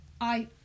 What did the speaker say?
I